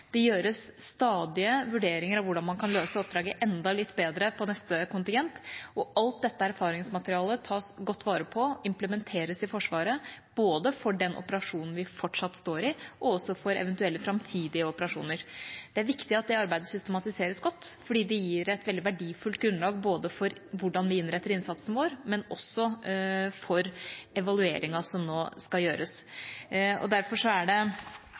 Det gjøres stadige vurderinger av hvordan man kan løse oppdraget enda litt bedre på neste kontingent, og alt dette erfaringsmaterialet tas godt vare på og implementeres i Forsvaret, både for den operasjonen vi fortsatt står i, og også for eventuelle framtidige operasjoner. Det er viktig at det arbeidet systematiseres godt fordi det gir et veldig verdifullt grunnlag både for hvordan vi innrettet innsatsen vår, og også for evalueringa som nå skal gjøres. Derfor er det